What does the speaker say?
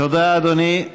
תודה, אדוני.